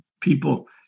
people